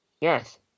Yes